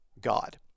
God